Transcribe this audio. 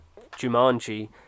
Jumanji